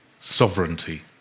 sovereignty